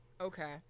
Okay